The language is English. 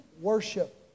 worship